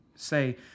say